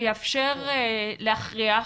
שיאפשר להכריח,